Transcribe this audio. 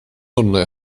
only